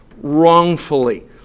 wrongfully